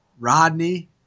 Rodney